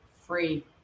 free